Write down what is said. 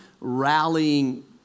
rallying